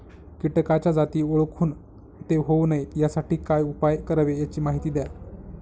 किटकाच्या जाती ओळखून ते होऊ नये यासाठी काय उपाय करावे याची माहिती द्या